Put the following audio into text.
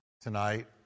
tonight